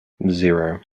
zero